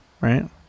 right